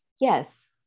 Yes